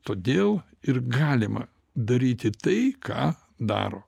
todėl ir galima daryti tai ką daro